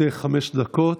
לרשותך חמש דקות.